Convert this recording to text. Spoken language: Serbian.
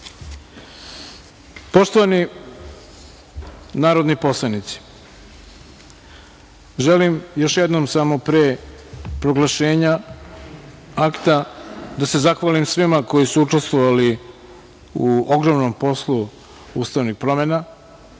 usvojenim. Poštovani narodni poslanici, želim još jednom samo pre proglašenja Akta da se zahvalim svima koji su učestvovali u ogromnom poslu ustavnih promena.